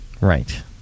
Right